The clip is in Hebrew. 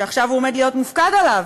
שעכשיו הוא עומד להיות מופקד עליו,